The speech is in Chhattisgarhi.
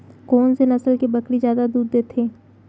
कोन से नस्ल के बकरी जादा दूध देथे